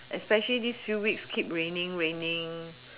especially these few weeks keep raining raining